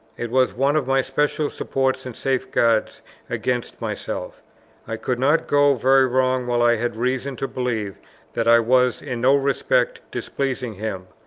it was one of my special supports and safeguards against myself i could not go very wrong while i had reason to believe that i was in no respect displeasing him.